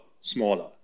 smaller